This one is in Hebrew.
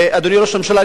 אדוני ראש הממשלה,